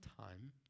time